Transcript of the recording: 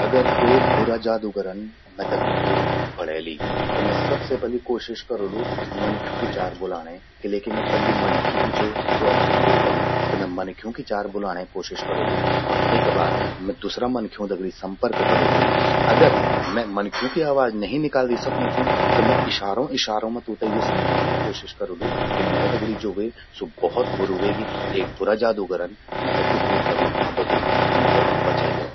अग क्वे बुरा जादूगरन मेते कुकूर बणेलि, त मैं सबसे पलि कोशिश करोलु मनख्यूं कि चार बुलाणें। किले कि मैं पल्लि मनखि ही छो, ज्वो ब कुकूर बणी। त मैं मनख्यूं कि चार बुलाणे कोशिश करोलू और तेका बाद मैं दुसरा मनख्यूं दगड़ि संपर्क करोलु। अगर मैं मनख्यूं कि आवाज नहीं निकाली सकूं छूं, त मैं इशारों इशारों मां तूंते यो समझौणे कोशिश करोलु कि मैं दगड़ि ज्वो व्हे, स्वो भौत बुरु व्हेगि। एक बुरा जादूगरन मेते कुकूर का रूप मां बदल्लि। मैते बचै द्यवा।